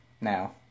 now